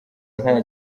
nta